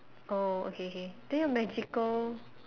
oh okay okay then your magical